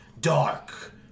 dark